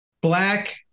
Black